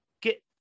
get